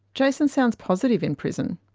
jason sounds positive in prison.